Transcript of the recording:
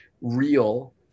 real